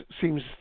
seems